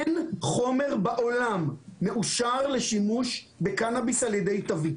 אין חומר בעולם מאושר לשימוש בקנאביס על ידי תווית.